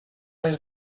les